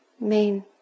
main